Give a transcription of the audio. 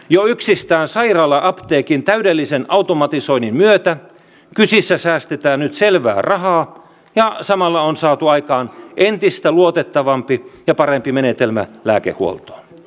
jo yksistään sairaala apteekin täydellisen automatisoinnin myötä kysissä säästetään nyt selvää rahaa ja samalla on saatu aikaan entistä luotettavampi ja parempi menetelmä lääkehuoltoon